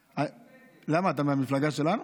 למה, אתה מהמפלגה שלנו?